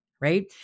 right